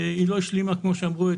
היא לא השלימה כמו שאמרו,